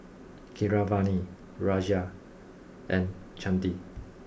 Keeravani Razia and Chandi